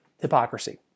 hypocrisy